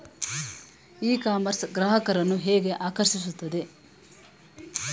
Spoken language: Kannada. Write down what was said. ಇ ಕಾಮರ್ಸ್ ಗ್ರಾಹಕರನ್ನು ಹೇಗೆ ಆಕರ್ಷಿಸುತ್ತದೆ?